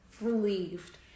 relieved